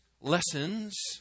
lessons